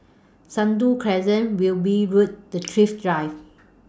Sentul Crescent Wilby Road The Thrift Drive